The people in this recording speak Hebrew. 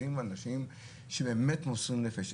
רואים אנשים שבאמת מוסרים נפש,